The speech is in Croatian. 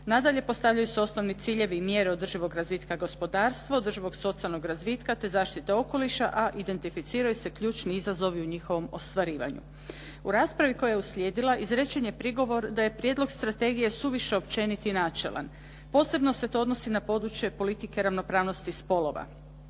Nadalje, postavljaju se osnovni ciljevi i mjere održivog razvitka gospodarstva, održivog socijalnog razvitka te zaštite okoliša, a identificiraju se ključni izazovi u njihovom ostvarivanju. U raspravi koja je uslijedila izrečen je prigovor da je prijedlog strategije suviše općenit i načelan. Posebno se to odnosi na područje politike ravnopravnosti spolova.